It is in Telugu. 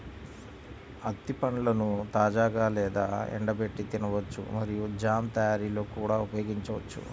అత్తి పండ్లను తాజాగా లేదా ఎండబెట్టి తినవచ్చు మరియు జామ్ తయారీలో కూడా ఉపయోగించవచ్చు